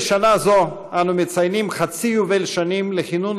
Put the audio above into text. בשנה זו אנו מציינים חצי יובל שנים לכינון